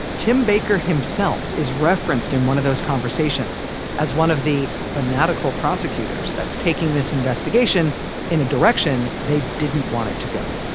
tim baker himself is referenced in one of those conversations as one of the fanatical prosecutors that's taking this investigation in a direction they didn't want it to go